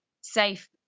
safe